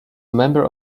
member